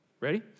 Ready